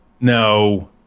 No